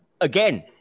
again